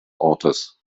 ortes